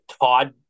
Todd